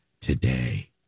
today